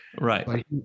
Right